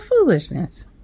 foolishness